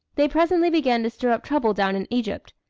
they presently began to stir up trouble down in egypt,